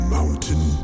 Mountain